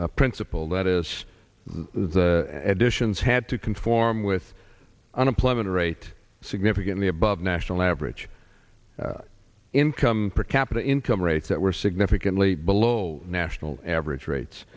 strict principle that is the additions had to conform with unemployment rate significantly above national average income per capita income rates that were significantly below national average rates